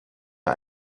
mir